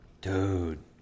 Dude